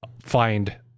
find